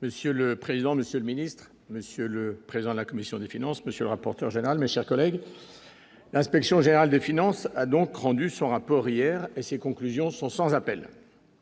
Monsieur le président, Monsieur le Ministre, Monsieur le président de la commission des finances, monsieur le rapporteur général mais chers collègues l'Inspection générale des finances a donc rendu son rapport hier et ses conclusions sont sans appel